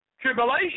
tribulation